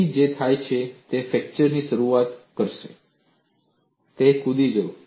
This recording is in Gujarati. તેથી જે થાય છે તે ફ્રેક્ચર શરૂ કરશે અને તે કૂદી જશે